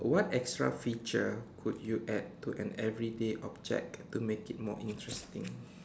what extra feature could you add to an everyday object to make it more interesting